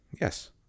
Yes